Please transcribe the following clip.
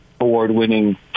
award-winning